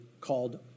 called